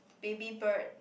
baby bird